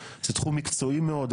זה תחום מקצועי מאוד.